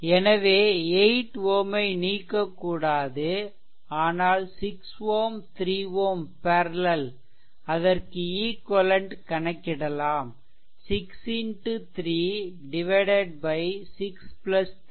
எனவே 8 Ω ஐ நீக்கக்கூடாது ஆனால் 6 Ω 3 Ω பேர்லெல் அதற்கு ஈக்வெலென்ட் கணக்கிடலாம் 6X 3 63